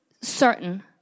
certain